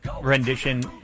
rendition